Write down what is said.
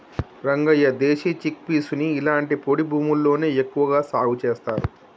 రంగయ్య దేశీ చిక్పీసుని ఇలాంటి పొడి భూముల్లోనే ఎక్కువగా సాగు చేస్తారు